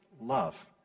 love